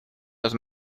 los